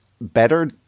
better